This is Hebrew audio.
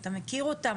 אתה מכיר אותם,